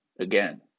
again